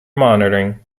monitoring